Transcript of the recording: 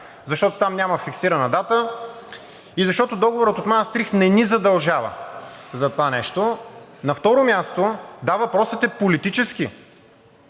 защото там няма фиксирана дата и защото Договорът от Маастрихт не ни задължава за това нещо. На второ място, да, въпросът е политически